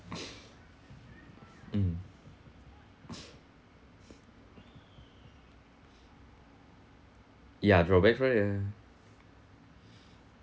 mm ya drawbacks right ya